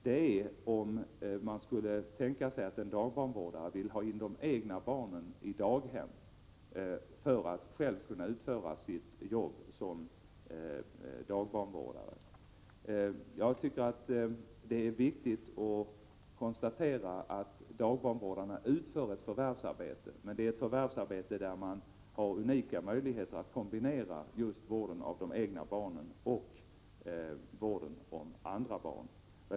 Det är om en dagbarnvårdare vill ha in de egna barnen i daghem för att själv kunna utföra sitt jobb som dagbarnvårdare. Det är viktigt att konstatera att dagbarnvårdaren utför ett förvärvsarbete, men det är ett förvärvsarbete där det finns unika möjligheter att kombinera just vården av de egna barnen med vård av andra barn.